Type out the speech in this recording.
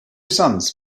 sons